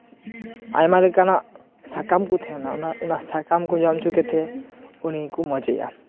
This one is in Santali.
ᱟᱭᱢᱟ ᱞᱮᱠᱟᱱᱟᱜ ᱥᱟᱠᱟᱢ ᱠᱚ ᱛᱟᱦᱮᱱᱟ ᱚᱱᱟ ᱡᱚᱢ ᱦᱚᱪᱚ ᱠᱟᱛᱮ ᱩᱱᱤ ᱠᱚ ᱢᱚᱡᱮᱭᱟ